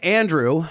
andrew